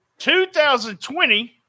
2020